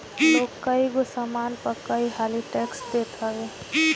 लोग कईगो सामान पअ कई हाली टेक्स देत हवे